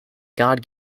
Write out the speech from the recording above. god